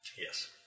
Yes